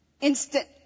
instant